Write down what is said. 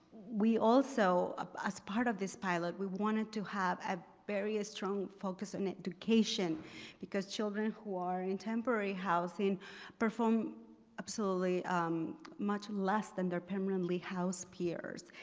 we also ah as part of this pilot, we wanted to have a very strong focus on education because children who are in temporary housing perform absolutely much less than their permanently house peers.